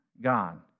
God